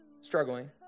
struggling